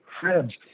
friends